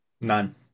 None